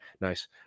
Nice